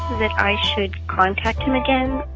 that i should contact him again?